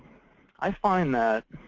i find that,